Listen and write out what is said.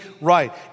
right